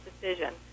decision